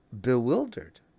bewildered